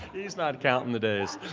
he's not counting the days.